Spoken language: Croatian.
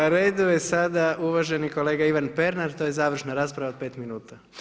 Na redu je sada uvaženi kolega Ivan Pernar, to je završna rasprava od 5 minuta.